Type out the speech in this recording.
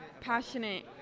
Passionate